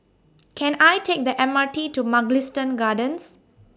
Can I Take The M R T to Mugliston Gardens